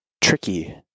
tricky